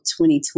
2020